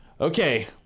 Okay